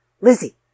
Lizzie